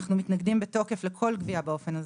אנחנו מתנגדים בתוקף לכל גבייה באופן הזה,